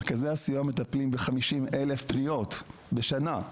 מרכזי הסיוע מטפלים ב-50,000 פניות בשנה,